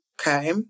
okay